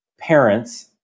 parents